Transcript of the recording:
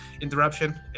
interruption